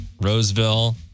Roseville